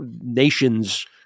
nation's